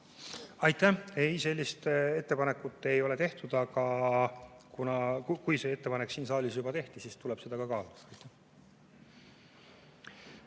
Aitäh! Ei, sellist ettepanekut ei ole tehtud. Aga kui see ettepanek siin saalis juba tehti, siis tuleb seda ka kaaluda.